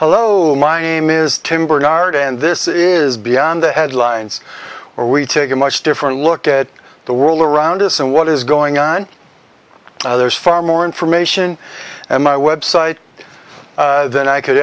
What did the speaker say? hello my name is tim bernard and this is beyond the headlines or we take a much different look at the world around us and what is going on there's far more information and my website than i could